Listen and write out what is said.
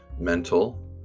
mental